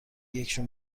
یکیشون